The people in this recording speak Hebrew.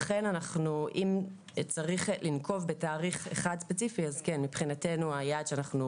אם צריך לנקוב בתאריך אחד ספציפי אז מבחינתנו היעד שאנחנו